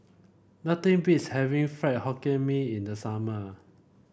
nothing beats having Fried Hokkien Mee in the summer